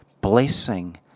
Blessing